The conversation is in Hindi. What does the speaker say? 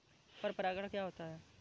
पर परागण क्या होता है?